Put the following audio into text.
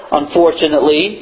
unfortunately